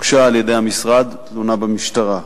הוגשה על-ידי המשרד תלונה למשטרה.